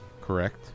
Correct